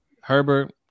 Herbert